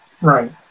Right